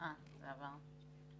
כמו שאמרו קודמיי,